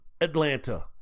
Atlanta